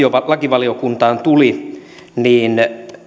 joka lakivaliokuntaan tuli